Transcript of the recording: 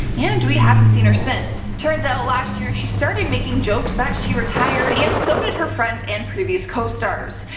and we haven't seen her since. turns out, last year she started making jokes that she's retired and so did her friends and previous co-stars.